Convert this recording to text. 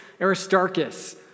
Aristarchus